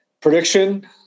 prediction